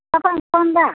ᱚᱠᱟ ᱠᱷᱚᱡ ᱮᱢ ᱯᱷᱳᱱᱫᱟ